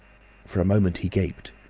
for a moment he gaped.